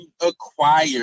acquire